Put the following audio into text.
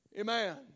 Amen